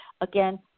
again